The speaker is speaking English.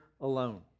alone